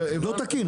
זה לא תקין.